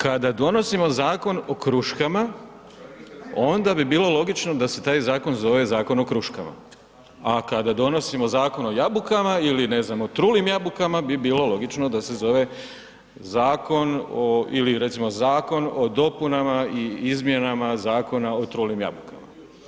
Kada donosimo zakon o kruškama, onda bi bilo logično da se taj zakon zove Zakon o kruškama, a kada donosimo zakon o jabukama ili ne znam, o trulim jabuka bi bilo logično da se zove zakon o ili recimo Zakon o dopunama i izmjenama Zakona o trulim jabukama.